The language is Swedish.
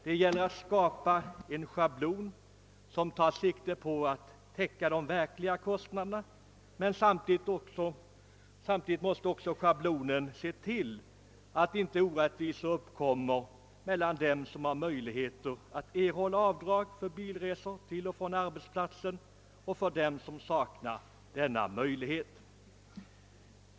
Det gäller att skapa en schablon som tar sikte på att täcka de verkliga kostnaderna, men samtidigt måste schablonen vara sådan att inte orättvisor uppkommer mellan dem som har möjligheter att erhålla avdrag för bilresor till och från arbetsplatsen och dem som saknar denna möjlighet.